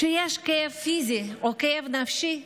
כשיש כאב פיזי או כאב נפשי,